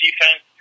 defense